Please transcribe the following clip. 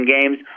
games